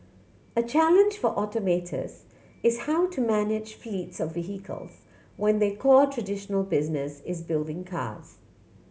a challenge for automatous is how to manage fleets of vehicles when their core traditional business is building cars